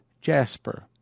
jasper